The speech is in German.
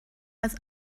als